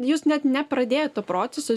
jūs net nepradėjot to proceso